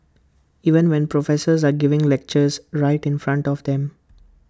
even when professors are giving lectures right in front of them